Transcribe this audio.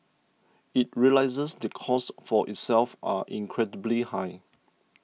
it realises the costs for itself are incredibly high